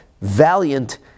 valiant